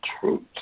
truth